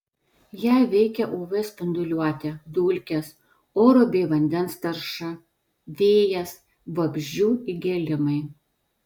ją veikia uv spinduliuotė dulkės oro bei vandens tarša vėjas vabzdžių įgėlimai